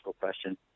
question